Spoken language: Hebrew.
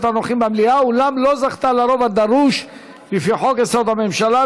הנוכחים במליאה אולם לא זכתה ברוב הדרוש לפי חוק-יסוד: הממשלה,